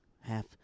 half